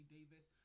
Davis